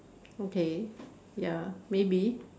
okay ya maybe